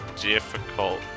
difficult